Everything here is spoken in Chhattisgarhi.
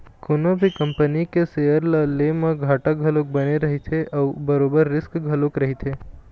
कोनो भी कंपनी के सेयर ल ले म घाटा घलोक बने रहिथे अउ बरोबर रिस्क घलोक रहिथे